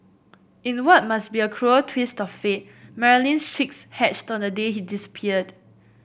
in what must be a cruel twist of fate Marilyn's chicks hatched on the day he disappeared